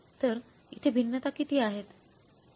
तर इथे भिन्नता किती आहेत